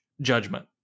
judgment